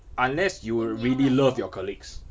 unless you really love your colleagues